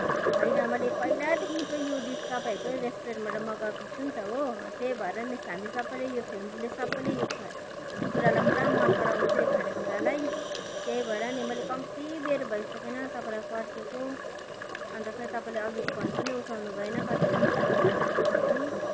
होइन मैले पहिलादेखिको यो डिस तपाईँहरूको रेस्टुरेन्टबाट मगाएको छु नि त हो त्यही भएर नै हामीले सबैले यो फ्यामिलीले सबैले यो कुरा यो कुरालाई पुरा मनपराउँछ यो खानेकुरालाई त्यही भएर नि मैले कम्ती बेर भइसकेन तपाईँलाई पर्खेको अन्त खै तपाईँले अघि फोन पनि उठाउनुभएन कत्ति खेप फोन गर्दाखेरि पनि